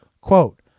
quote